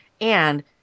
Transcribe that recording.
And-